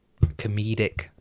comedic